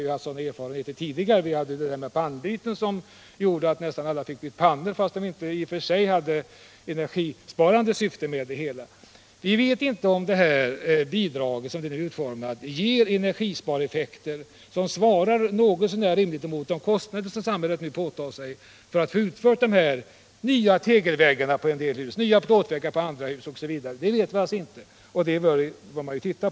Vi har ju erfarenhet av en liknande utveckling när det handlade om pannbyten. Många husägare fick då sina pannor utbytta, trots att det inte alltid var motiverat från energibesparingssynpunkt. Vi vet itne om det nu aktuella bidraget ger energispareffekter som något så när rimligt svarar emot de kostnader som samhället påtar sig för att få de här nya tegelväggarna, plåtväggarna osv. Man bör således så småningom undersöka den saken.